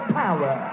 power